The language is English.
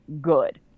good